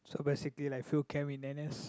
so basically like field camp in n_s